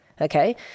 okay